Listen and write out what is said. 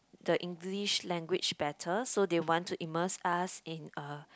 the English language better so they want to immerse us in a